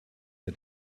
der